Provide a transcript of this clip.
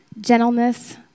gentleness